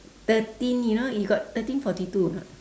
thirteen you know you got thirteen forty two or not